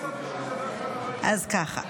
אז ככה,